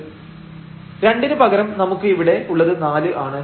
2 ന് പകരം നമുക്ക് ഇവിടെ ഉള്ളത് 4 ആണ്